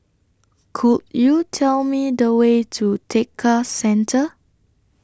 Could YOU Tell Me The Way to Tekka Centre